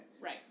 Right